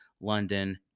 London